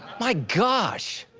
my gosh.